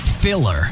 filler